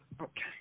okay